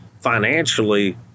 financially